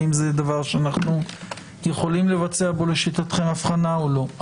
האם זה דבר שאנחנו יכולים לבצע בו לשיטתכם הבחנה או לא.